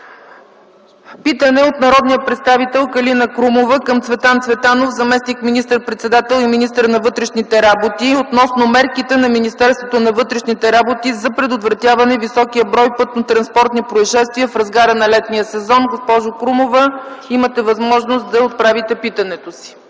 Питане от народния представител Калина Крумова към Цветан Цветанов – заместник министър-председател и министър на вътрешните работи, относно мерките на Министерството на вътрешните работи за предотвратяване високия брой пътнотранспортни произшествия в разгара на летния сезон. Госпожо Крумова, имате възможност да отправите питането си.